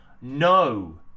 no